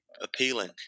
appealing